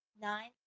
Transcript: Nine